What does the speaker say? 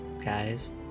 guys